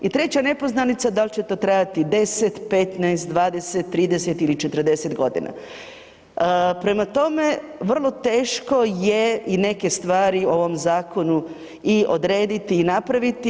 I treća nepoznanica dal će to trajati 10, 15, 20, 30 ili 40.g. Prema tome, vrlo teško je i neke stvari u ovom zakonu i odrediti i napraviti.